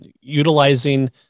utilizing